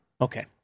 okay